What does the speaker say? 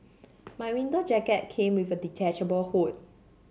my winter jacket came with a detachable hood